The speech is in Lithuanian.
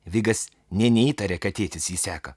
vigas nė neįtarė kad tėtis jį seka